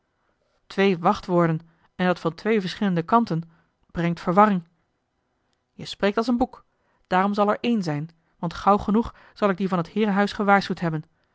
twee wachtwoorden en dat van twee verschillende kanten brengt verwarring je spreekt als een boek daarom zal er één zijn want gauw genoeg zal ik die van t heerenhuis gewaarschuwd hebben